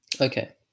Okay